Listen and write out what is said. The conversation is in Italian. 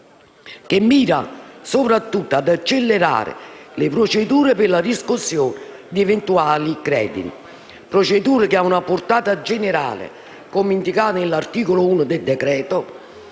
che mira soprattutto ad accelerare le procedure per la riscossione di eventuali crediti. Si tratta di una procedura che ha una portata generale, come indicato dall'articolo 1 del decreto-legge